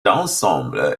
ensemble